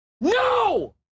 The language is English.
no